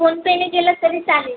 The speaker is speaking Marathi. फोनपे ने केलंत तरी चालेल